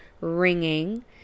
ringing